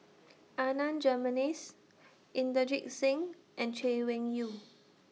Adan Jimenez Inderjit Singh and Chay Weng Yew